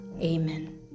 Amen